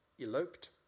eloped